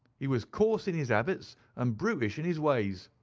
he was coarse in his habits and brutish in his ways.